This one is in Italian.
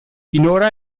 finora